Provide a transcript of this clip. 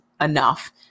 enough